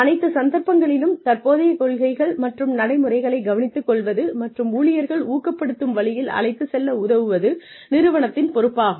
அனைத்து சந்தர்ப்பங்களிலும் தற்போதைய கொள்கைகள் மற்றும் நடைமுறைகளை கவனித்துக்கொள்வது மற்றும் ஊழியர்கள் ஊக்கப்படுத்தும் வழியில் அழைத்துச் செல்ல உதவுவது நிறுவனத்தின் பொறுப்பாகும்